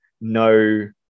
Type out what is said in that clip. no